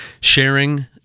sharing